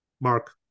Mark